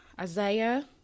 Isaiah